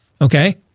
Okay